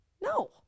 No